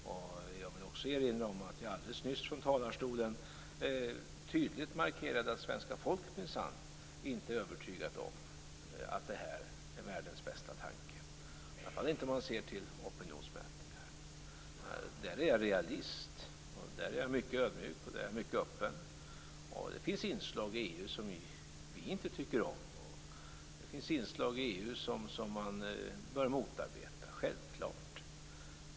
Jag vill också erinra om att jag alldeles nyss från talarstolen tydligt markerade att svenska folket minsann inte är övertygat om att det här är världens bästa tanke - i alla fall inte om man ser till opinionsmätningar. Där är jag realist. Där är jag mycket ödmjuk och öppen. Det finns inslag i EU som vi inte tycker om. Det finns inslag i EU som man bör motarbeta. Självklart.